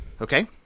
Okay